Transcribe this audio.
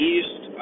East